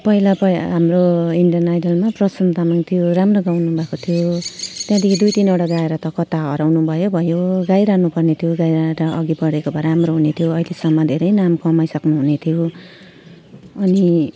पहिला पहिला हाम्रो इन्डियन आइडलमा प्रशान्त तामाङ थियो राम्रो गाउनुभएको थियो त्यहाँदेखि दुई तिनवटा गाएर त कता हराउनु भयो भयो गाइरहनु पर्ने थियो गाएर अघि बढेको भए राम्रो हुने थियो अहिलेसम्म धेरै नाम कमाइसक्नु हुने थियो अनि